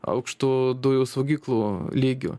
aukštu dujų saugyklų lygiu